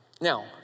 Now